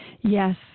Yes